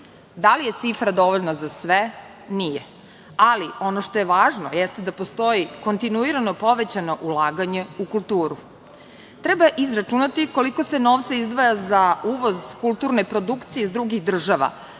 Da li je cifra dovoljna za sve, nije. Ali, ono što je važno jeste da postoji kontinuirano povećano ulaganje u kulturu. Treba izračunati koliko se novca izdvaja za uvoz kulturne produkcije iz drugih država